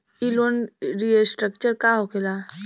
ई loan restructure का होखे ला?